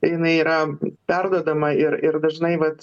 jinai yra perduodama ir ir dažnai vat